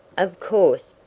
of course.